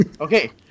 Okay